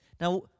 Now